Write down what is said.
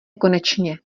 konečně